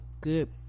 good